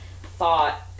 thought